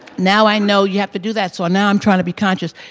now i know you have to do that, so now i'm trying to be conscious.